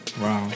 Wow